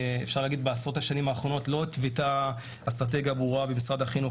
בעשרות השנים האחרונות לא הותוותה אסטרטגיה ברורה במשרד החינוך